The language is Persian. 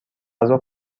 غذا